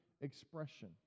expression